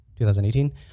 2018